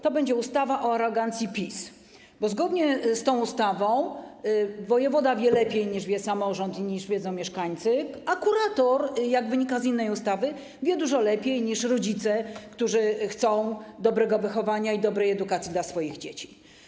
To będzie ustawa o arogancji PiS, bo zgodnie z tą ustawą wojewoda wie lepiej niż wie samorząd i niż wiedzą mieszkańcy, a kurator, jak wynika z innej ustawy, wie dużo lepiej niż rodzice, którzy chcą dobrego wychowania i dobrej edukacji dla swoich dzieci.